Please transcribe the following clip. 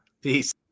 Peace